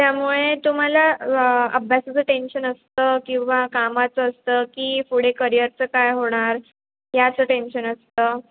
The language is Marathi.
त्यामुळे तुम्हाला अभ्यासाचं टेन्शन असतं किंवा कामाचं असतं की पुढे करियरचं काय होणार याचं टेन्शन असतं